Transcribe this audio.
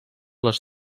les